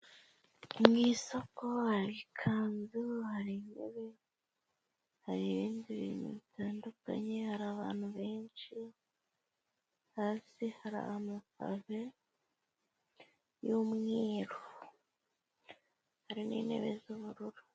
Mu isoko hari ikanzu, hari intebe, hari ibindi bintu bitandukanye, hari abantu benshi, hasi hari amapave y'umweru, hari n'intebe z'ubururu.